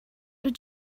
did